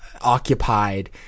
occupied